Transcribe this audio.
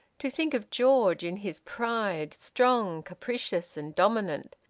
to think of george in his pride, strong, capricious, and dominant,